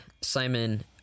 Simon